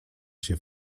się